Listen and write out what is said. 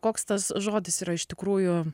koks tas žodis yra iš tikrųjų